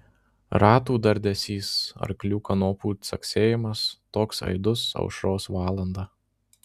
ratų dardesys arklių kanopų caksėjimas toks aidus aušros valandą